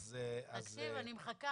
אז הגיעו ל-75%,